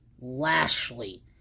Lashley